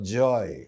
joy